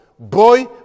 Boy